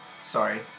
Sorry